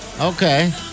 Okay